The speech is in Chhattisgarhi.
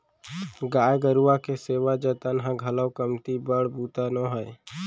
गाय गरूवा के सेवा जतन ह घलौ कमती बड़ बूता नो हय